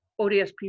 ODSP